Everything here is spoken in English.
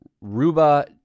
Ruba